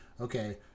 okay